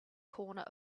corner